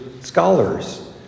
scholars